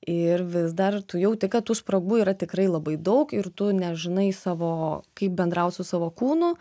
ir vis dar tu jauti kad tų spragų yra tikrai labai daug ir tu nežinai savo kaip bendraut su savo kūnu